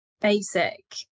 basic